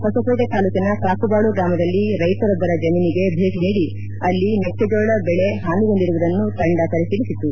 ಹೊಸಪೇಟೆ ತಾಲೂಕಿನ ಕಾಕುಬಾಳು ಗ್ರಾಮದಲ್ಲಿ ರೈತರೊಬ್ಬರ ಜಮೀನಿಗೆ ಭೇಟ ನೀಡಿ ಅಲ್ಲಿ ಮಕ್ಕೆಜೋಳ ಬೆಳೆ ಹಾನಿಗೊಂಡಿರುವುದನ್ನು ತಂಡ ಪರಿಶೀಲಿಸಿತು